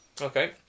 Okay